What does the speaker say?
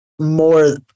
more